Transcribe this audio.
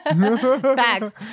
Facts